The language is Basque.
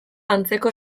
antzeko